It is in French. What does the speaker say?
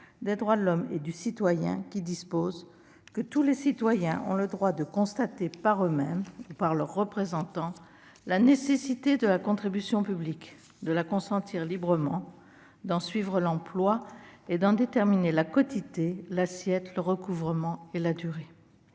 des droits de l'homme et du citoyen, qui dispose que « Tous les citoyens ont le droit de constater, par eux-mêmes ou par leurs représentants, la nécessité de la contribution publique, de la consentir librement, d'en suivre l'emploi, et d'en déterminer la quotité, l'assiette, le recouvrement et la durée.